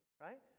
right